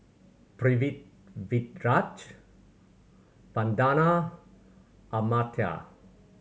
Pritiviraj Vandana Amartya